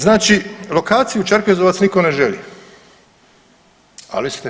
Znači lokaciju Čerkezovac nitko ne želi, ali ste